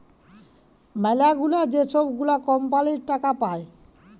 ম্যালাগুলা যে ছব গুলা কম্পালির টাকা পায়